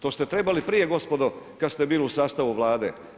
To ste trebali prije gospodo, kad ste bili u sastavu Vlade.